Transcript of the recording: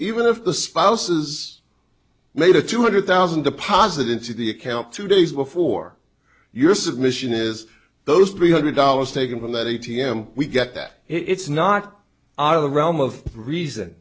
even if the spouses made a two hundred thousand deposit into the account two days before your submission is those three hundred dollars taken from that a t m we get that it's not out of the realm of reason